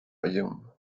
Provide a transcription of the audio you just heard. fayoum